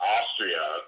austria